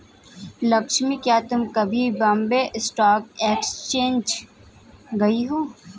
लक्ष्मी, क्या तुम कभी बॉम्बे स्टॉक एक्सचेंज गई हो?